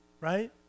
right